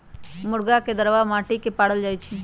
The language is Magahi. मुर्गी के दरबा माटि के पारल जाइ छइ